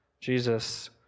Jesus